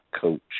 coach